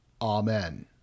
Amen